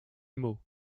mot